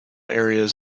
areas